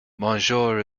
monsieur